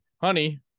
Honey